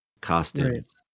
costumes